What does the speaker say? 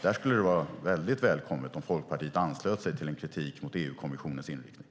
Där skulle det vara välkommet om Folkpartiet anslöt sig till en kritik mot EU-kommissionens inriktning.